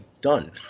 done